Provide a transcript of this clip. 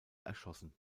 erschossen